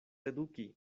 eduki